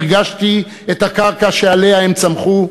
הרגשתי את הקרקע שעליה הם צמחו,